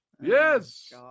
Yes